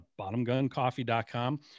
bottomguncoffee.com